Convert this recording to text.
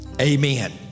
Amen